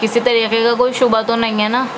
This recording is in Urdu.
کسی طریقے کا کوئی شبہ تو نہیں ہے نا